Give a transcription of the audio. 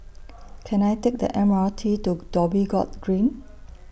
Can I Take The M R T to Dhoby Ghaut Green